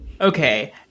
Okay